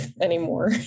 anymore